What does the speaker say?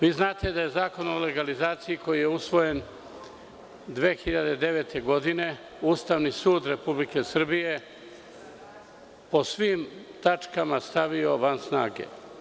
Vi znate da je Zakon o legalizaciji koji je usvojen 2009. godine, Ustavni sud Republike Srbije, po svim tačkama stavio van snage.